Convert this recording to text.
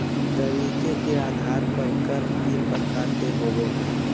तरीके के आधार पर कर तीन प्रकार के होबो हइ